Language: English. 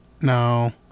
No